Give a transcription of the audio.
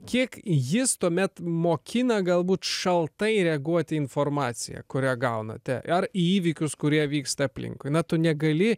kiek jis tuomet mokina galbūt šaltai reaguoti į informaciją kurią gaunate ar į įvykius kurie vyksta aplinkui na tu negali